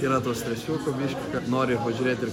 yra to stresiuko biškį kad nori ir pažiūrėt ir